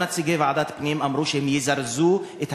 גם נציגי ועדת הפנים אמרו שהם יזרזו את